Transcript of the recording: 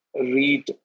read